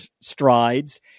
strides